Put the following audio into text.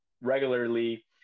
regularly